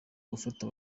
gufata